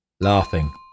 Laughing